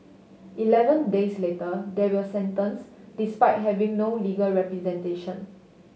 eleven days later they were sentenced despite having no legal representation